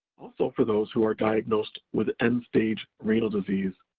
also for those who are diagnosed with end stage renal disease,